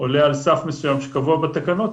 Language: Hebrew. עולה על סך מסוים שקבוע בתקנות,